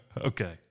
Okay